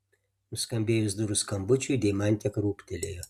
nuskambėjus durų skambučiui deimantė krūptelėjo